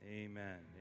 amen